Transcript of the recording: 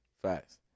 Facts